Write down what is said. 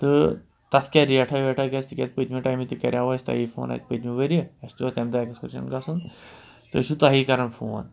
تہٕ تَتھ کیٛاہ ریٹھاہ ویٹھاہ گژھِ تِکیٛازِ پٔتۍمہِ ٹایمہٕ تہِ کَریاو اَسہِ تۄہہِ فون اَتہِ پٔتۍمہِ ؤریہِ اَسہِ تہِ اوس تَمہِ دۄہ اٮ۪کٕسکَرشَن گژھُن تہٕ أسۍ چھِ تۄہہِ کَران فون